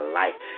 life